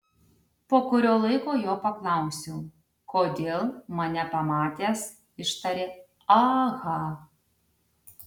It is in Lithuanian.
po kurio laiko jo paklausiau kodėl mane pamatęs ištarė aha